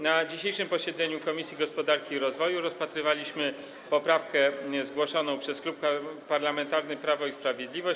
Na dzisiejszym posiedzeniu Komisji Gospodarki i Rozwoju rozpatrywaliśmy poprawkę zgłoszoną przez Klub Parlamentarny Prawo i Sprawiedliwość.